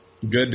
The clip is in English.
good